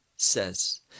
Says